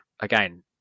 again